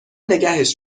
نگهش